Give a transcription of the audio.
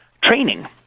training